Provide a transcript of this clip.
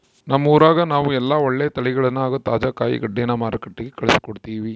ನಮ್ಮ ಊರಗ ನಾವು ಎಲ್ಲ ಒಳ್ಳೆ ತಳಿಗಳನ್ನ ಹಾಗೂ ತಾಜಾ ಕಾಯಿಗಡ್ಡೆನ ಮಾರುಕಟ್ಟಿಗೆ ಕಳುಹಿಸಿಕೊಡ್ತಿವಿ